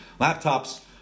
laptops